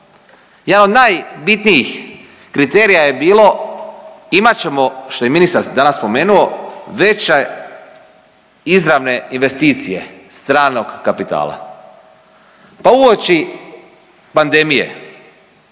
Jedan od najbitnijih kriterija je bilo imat ćemo što je ministar danas spomenuo veće izravne investicije stranog kapitala. Pa uoči pandemije